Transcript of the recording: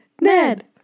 Ned